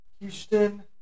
Houston